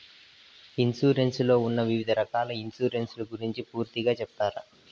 Insurance లో ఉన్న వివిధ రకాల ఇన్సూరెన్సు ల గురించి పూర్తిగా సెప్తారా?